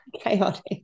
chaotic